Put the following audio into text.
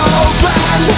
open